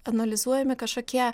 analizuojami kažkokie